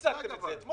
אתם הצגתם את זה.